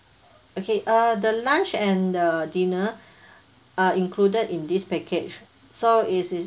okay uh the lunch and the dinner are included in this package so it is